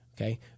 Okay